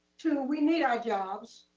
two, we need our jobs,